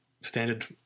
standard